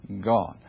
God